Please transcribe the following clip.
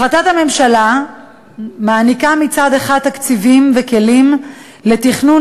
החלטת הממשלה מעניקה מצד אחד תקציבים וכלים לתכנון